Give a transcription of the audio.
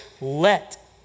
let